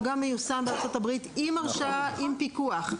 מיושם בארצות-הברית עם הרשאה ועם פיקוח.